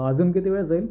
अजून किती वेळ जाईल